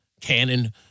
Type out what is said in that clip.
canon